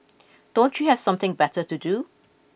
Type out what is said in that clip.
don't you have something better to do